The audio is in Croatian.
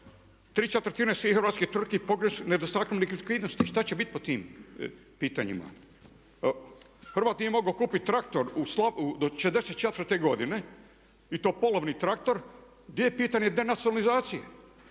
svih hrvatskih tvrtki pogođene su nedostatkom likvidnosti. Što će biti po tim pitanjima? Hrvat nije mogao kupiti traktor do '64. godine i to polovni traktor, gdje je pitanje denacionalizacije?